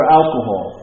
alcohol